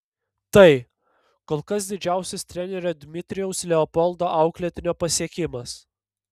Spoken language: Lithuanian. tai kol kas didžiausias trenerio dmitrijaus leopoldo auklėtinio pasiekimas